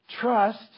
Trust